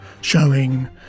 showing